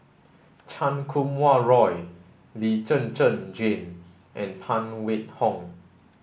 Chan Kum Wah Roy Lee Zhen Zhen Jane and Phan Wait Hong